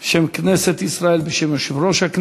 1818, 1824 ו-1825.